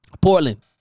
Portland